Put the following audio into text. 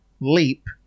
leap